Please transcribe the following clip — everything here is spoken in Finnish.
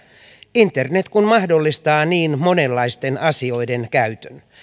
internet kun mahdollistaa niin monenlaisten asioiden käytön